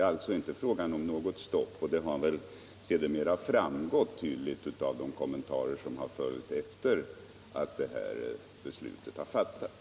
Allt detta har väl också tydligt framgått av de kommentarer som följt efter det att beslutet fattats.